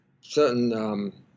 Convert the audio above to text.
certain